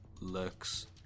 looks